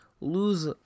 lose